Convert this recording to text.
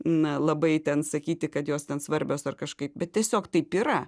na labai ten sakyti kad jos ten svarbios ar kažkaip bet tiesiog taip yra